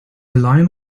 line